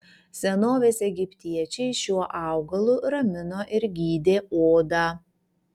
senovės egiptiečiai šiuo augalu ramino ir gydė odą